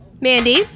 Mandy